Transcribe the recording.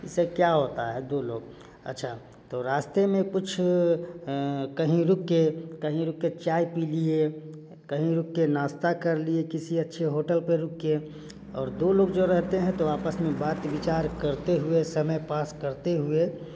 इससे क्या होता है दो लोग अच्छा तो रास्ते में कुछ कहीं रुक के कहीं रुक के चाय पी लिए कहीं रुक के नाश्ता कर लिए किसी अच्छे होटल पर रुकिए और दो लोग जो रहते हैं तो आपस में बात विचार करते हुए समय पास करते हुए